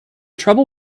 trouble